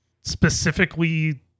specifically